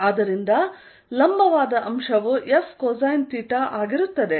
ಆದ್ದರಿಂದ ಲಂಬವಾದ ಅಂಶವು F ಕೊಸೈನ್ ಥೀಟಾ ಆಗಿರುತ್ತದೆ